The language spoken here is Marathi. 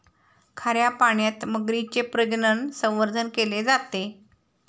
खाऱ्या पाण्यात मगरीचे प्रजनन, संवर्धन केले जाते